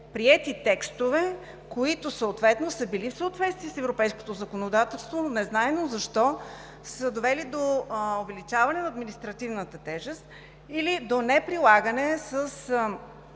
приети текстове, които съответно са били в съответствие с европейското законодателство, незнайно защо са довели до увеличаване на административната тежест или до неприлагане с